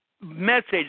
message